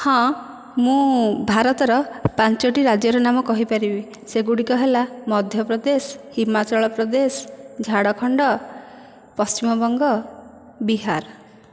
ହଁ ମୁଁ ଭାରତର ପାଞ୍ଚୋଟି ରାଜ୍ୟର ନାମ କହିପାରିବି ସେଗୁଡ଼ିକ ହେଲା ମଧ୍ୟ ପ୍ରଦେଶ ହିମାଚଳ ପ୍ରଦେଶ ଝାଡ଼ଖଣ୍ଡ ପଶ୍ଚିମବଙ୍ଗ ବିହାର